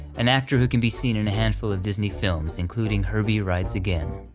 an actor who can be seen in a handful of disney films, including herbie rides again.